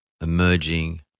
emerging